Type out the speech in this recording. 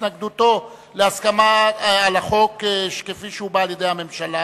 התנגדותו להצעת החוק כפי שהובאה על-ידי הממשלה.